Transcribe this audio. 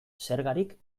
zergarik